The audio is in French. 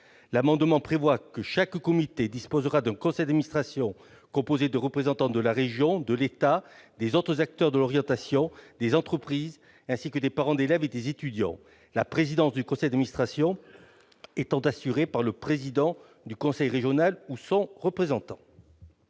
L'amendement tend à prévoir que chaque comité disposera d'un conseil d'administration composé de représentants de la région, de l'État, des autres acteurs de l'orientation, des entreprises, ainsi que des parents d'élèves et des étudiants, la présidence du conseil d'administration étant assurée par le président du conseil régional ou son représentant.